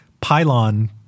pylon